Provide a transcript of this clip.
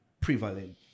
prevalent